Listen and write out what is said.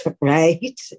right